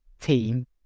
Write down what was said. team